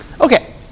Okay